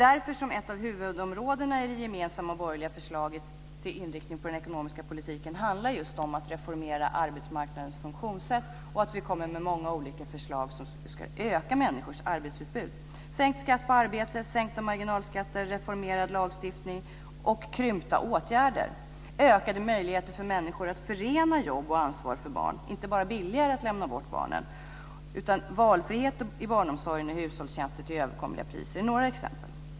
Därför handlar ett av huvudområdena i det gemensamma borgerliga förslaget till inriktning av den ekonomiska politiken om att reformera arbetsmarknadens funktionssätt. Vi kommer med många olika förslag för att öka människors arbetsutbud. Vi vill ha sänkt skatt på arbete, sänkta marginalskatter, reformerad lagstiftning och krympta åtgärder. Ökade möjligheter att förena jobb och ansvar för barn och inte bara billigare att lämna bort barnen, valfrihet i barnomsorgen och hushållstjänster till överkomliga priser är några exempel.